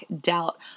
doubt